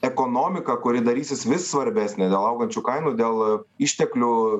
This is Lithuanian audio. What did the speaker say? ekonomika kuri darysis vis svarbesnė dėl augančių kainų dėl išteklių